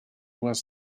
was